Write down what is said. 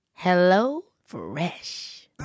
HelloFresh